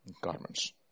garments